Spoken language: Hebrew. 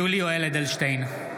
(קורא בשמות חברי הכנסת) יולי יואל אדלשטיין,